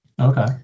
Okay